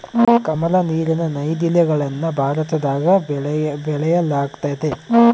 ಕಮಲ, ನೀರಿನ ನೈದಿಲೆಗಳನ್ನ ಭಾರತದಗ ಬೆಳೆಯಲ್ಗತತೆ